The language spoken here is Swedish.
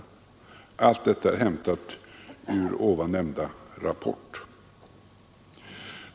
Allt detta är hämtat ur nyssnämnda rapport.